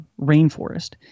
rainforest